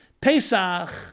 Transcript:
Pesach